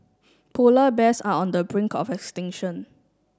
polar bears are on the brink of extinction